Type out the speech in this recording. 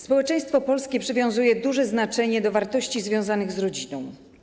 Społeczeństwo polskie przywiązuje dużą wagę do wartości związanych z rodziną.